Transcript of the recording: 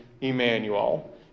Emmanuel